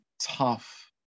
tough